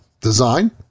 design